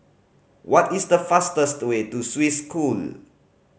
what is the fastest way to Swiss School